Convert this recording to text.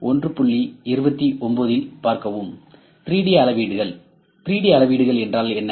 3D அளவீடுகள் 3D அளவீடுகள் என்றால் என்ன